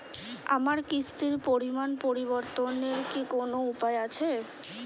আমার কিস্তির পরিমাণ পরিবর্তনের কি কোনো উপায় আছে?